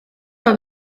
aba